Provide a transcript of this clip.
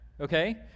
okay